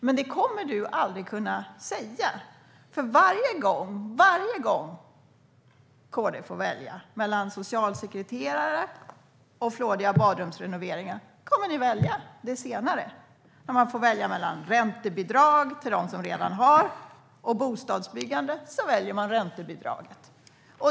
Men det kommer du aldrig att kunna säga, för varje gång KD får välja mellan socialsekreterare och flådiga badrumsrenoveringar kommer ni att välja det senare. Om ni får välja mellan räntebidrag för dem som redan har och bostadsbyggande väljer ni räntebidraget.